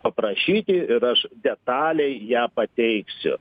paprašyti ir aš detaliai ją pateiksiu